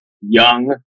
young